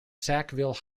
sackville